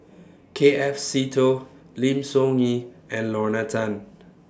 K F Seetoh Lim Soo Ngee and Lorna Tan